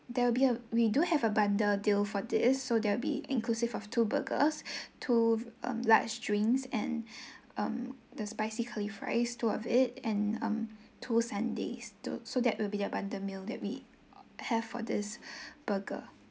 there will be uh we do have a bundle deal for this so there'll be inclusive of two burgers to uh large drinks and um the spicy curly fries two of it and um two sundaes too so that will be the bundle meal that we have for this burger